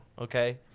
okay